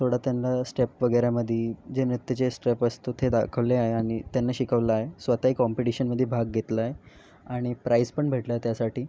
थोडं त्यांना स्टेप वगैरेमध्ये जे नृत्याचे स्टेप असतो ते दाखवले आहे आणि त्यांना शिकवले आहे स्वतःही कॉम्पिटिशनमध्ये भाग घेतला आहे आणि प्राईस पण भेटला आहे त्यासाठी